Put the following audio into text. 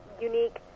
unique